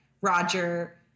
Roger